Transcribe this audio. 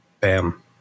Bam